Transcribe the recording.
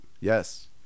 Yes